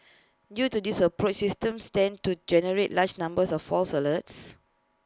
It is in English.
due to this approaches systems tend to generate large numbers of false alerts